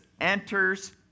enters